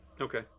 Okay